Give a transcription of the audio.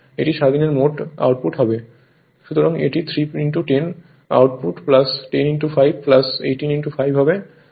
সুতরাং এটি 3 10 আউটপুট 10 5 18 5 হবে